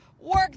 work